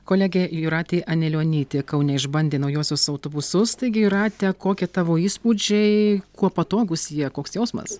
kolegė jūratė anilionytė kaune išbandė naujuosius autobusus taigi jūrate kokie tavo įspūdžiai kuo patogūs jie koks jausmas